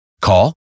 Call